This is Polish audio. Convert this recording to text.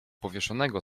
powieszonego